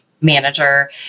Manager